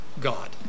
God